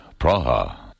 Praha